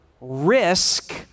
risk